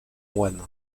moine